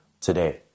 today